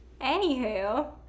Anywho